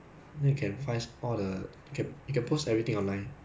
if some of the things that they post right you don't know whether they are real or fake